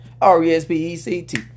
R-E-S-P-E-C-T